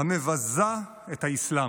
המבזה את האסלאם.